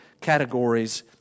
categories